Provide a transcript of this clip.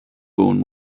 born